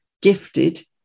gifted